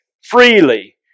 freely